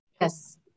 Yes